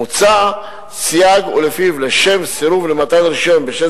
מוצע סייג ולפיו לשם סירוב למתן רשיון בשל